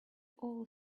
all